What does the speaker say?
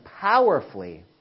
powerfully